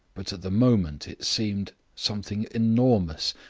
but at the moment it seemed something enormous,